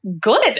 good